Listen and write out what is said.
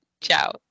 Ciao